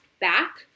back